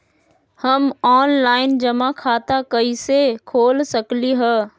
हम ऑनलाइन जमा खाता कईसे खोल सकली ह?